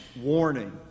warning